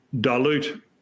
dilute